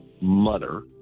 mother